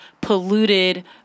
polluted